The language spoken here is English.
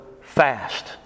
fast